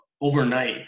overnight